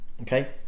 okay